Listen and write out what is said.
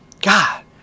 God